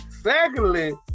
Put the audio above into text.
Secondly